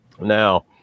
Now